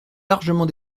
largement